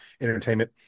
entertainment